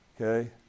okay